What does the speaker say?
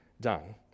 done